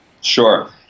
Sure